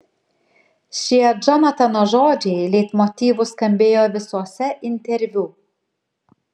šie džonatano žodžiai leitmotyvu skambėjo visuose interviu